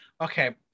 okay